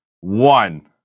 One